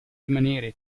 rimanere